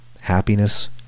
happiness